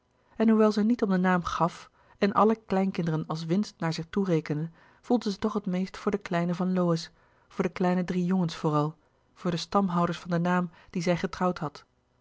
en hoewel zij niet om den naam gaf en àlle kleinkinderen als winst naar zich toe rekende voelde zij toch het meest voor de kleine van lowe's voor de kleine drie jongens vooral voor de stamhouders van den naam dien zij getrouwd had